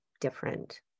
different